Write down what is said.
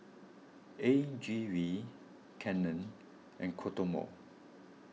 A G V Canon and Kodomo